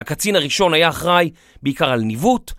הקצין הראשון היה אחראי בעיקר על ניווט